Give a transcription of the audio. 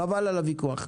חבל על הוויכוח.